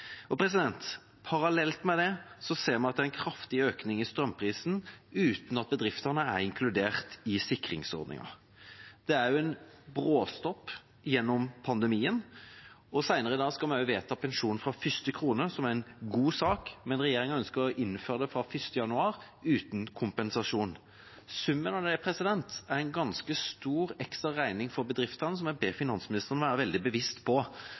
Parallelt med det ser vi at det er en kraftig økning i strømprisen uten at bedriftene er inkludert i sikringsordninger. Det er også en bråstopp gjennom pandemien. Senere i dag skal vi også vedta pensjon fra første krone, som er en god sak, men regjeringa ønsker å innføre det fra 1. januar uten kompensasjon. Summen av det er en ganske stor ekstraregning for bedriftene, som jeg ber finansministeren være veldig bevisst på,